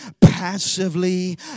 passively